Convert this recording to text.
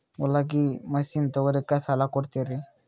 ಹೊಲಗಿ ಮಷಿನ್ ತೊಗೊಲಿಕ್ಕ ಸಾಲಾ ಕೊಡ್ತಿರಿ?